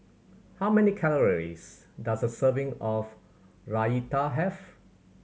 how many calories does a serving of Raita have